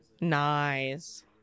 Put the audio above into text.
Nice